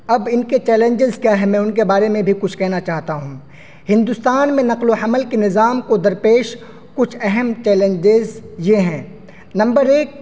اب ان کے چیلنجز کیا ہیں میں ان کے بارے میں بھی کچھ کہنا چاہتا ہوں ہندوستان میں نقل و حمل کے نظام کو درپیش کچھ اہم چیلنجز یہ ہیں نمبر ایک